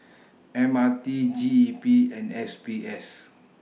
M R T G E P and S B S